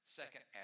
second